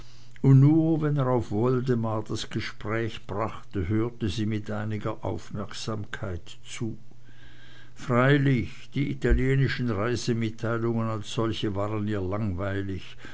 und nur wenn er auf woldemar das gespräch brachte hörte sie mit einiger aufmerksamkeit zu freilich die italienischen reisemitteilungen als solche waren ihr langweilig